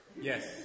Yes